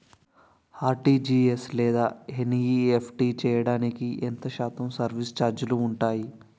RTGS లేదా NEFT చేయడానికి ఎంత శాతం సర్విస్ ఛార్జీలు ఉంటాయి?